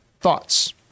thoughts